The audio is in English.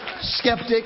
skeptic